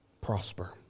prosper